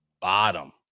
bottom